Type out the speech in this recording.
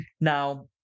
Now